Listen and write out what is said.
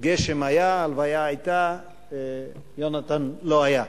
גשם היה, הלוויה היתה, יונתן לא היה.